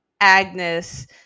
Agnes